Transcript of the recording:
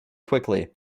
quickly